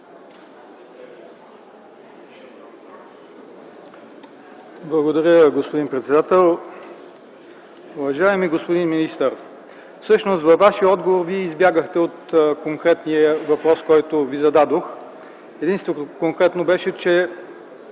Благодаря, господин председател. Уважаеми господин министър, всъщност във Вашия отговор Вие избягахте от конкретния въпрос, който Ви зададох. Единственото конкретно беше, че